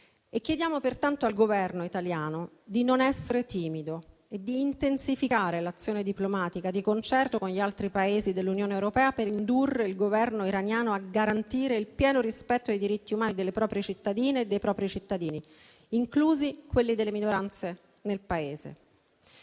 Chiediamo pertanto al Governo italiano di non essere timido e di intensificare l'azione diplomatica di concerto con gli altri Paesi dell'Unione europea, per indurre il Governo iraniano a garantire il pieno rispetto dei diritti umani delle proprie cittadine e dei propri cittadini, inclusi quelli delle minoranze presenti